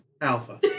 alpha